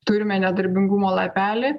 turime nedarbingumo lapelį